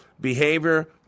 behavior